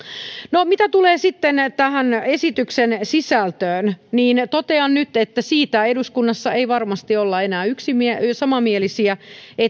no mitä tulee sitten tämän esityksen sisältöön niin totean nyt että siitä eduskunnassa ei varmasti olla enää samanmielisiä